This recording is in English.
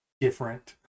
different